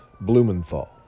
Blumenthal